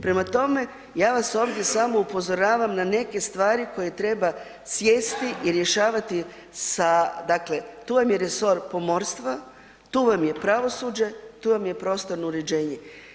Prema tome, ja vas ovdje samo upozoravam na neke stvari koje treba sjesti i rješavati sa, dakle tu vam je resor pomorstva, tu vam je pravosuđe, tu vam je prostorno uređenje.